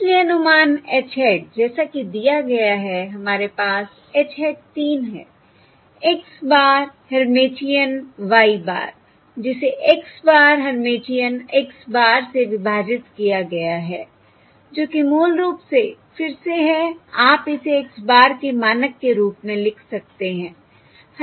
इसलिए अनुमान H hat जैसा कि दिया गया है हमारे पास H hat 3 है x bar Hermitian y bar जिसे x bar Hermitian x bar से विभाजित किया गया है जो कि मूल रूप से फिर से है आप इसे x bar के मानक के रूप में लिख सकते हैं